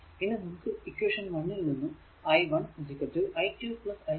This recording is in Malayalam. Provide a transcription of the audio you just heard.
ഇനി നമുക്ക് ഇക്വേഷൻ 1 ൽ നിന്നും i1 i2 i3